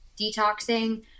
detoxing